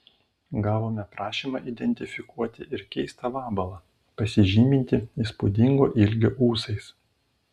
gavome prašymą identifikuoti ir keistą vabalą pasižymintį įspūdingo ilgio ūsais